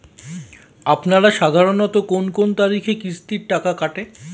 আপনারা সাধারণত কোন কোন তারিখে কিস্তির টাকা কাটে?